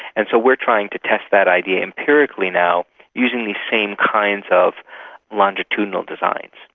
and so we are trying to test that idea empirically now using these same kinds of longitudinal designs.